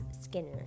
skinner